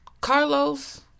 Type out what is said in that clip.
Carlos